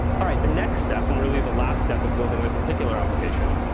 all right, the next step, and really the last step of building this particular application,